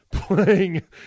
Playing